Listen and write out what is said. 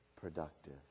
productive